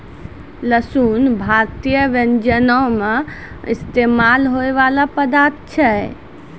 लहसुन भारतीय व्यंजनो मे इस्तेमाल होय बाला पदार्थ छै